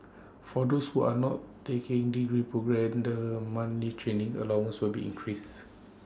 for those who are not taking degree programme the monthly training allowances will be increases